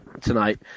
tonight